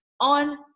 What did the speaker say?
on